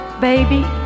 baby